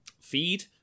feed